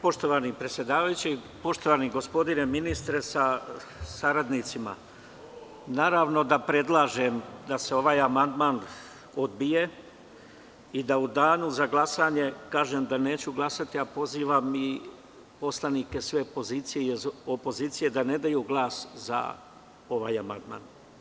Poštovani predsedavajući, poštovani gospodine ministre sa saradnicima, naravno da predlažem da se ovaj amandman odbije i da u Danu za glasanje kažem da neću glasati, a pozivam i poslanike pozicije i opozicije da ne daju glas za ovaj amandman.